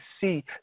see